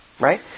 Right